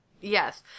Yes